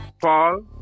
Paul